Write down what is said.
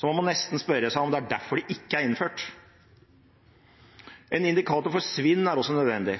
Så må man nesten spørre seg om det er derfor det ikke er innført. En indikator for svinn er også nødvendig.